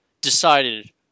decided